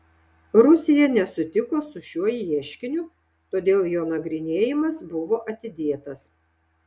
rusija nesutiko su šiuo ieškiniu todėl jo nagrinėjimas buvo atidėtas